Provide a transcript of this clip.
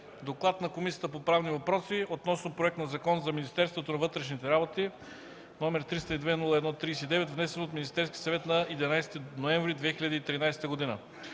2014 г. Комисията по правни въпроси обсъди проект на Закон за Министерството на вътрешните работи № 302-01-39, внесен от Министерския съвет на 11 ноември 2013 г.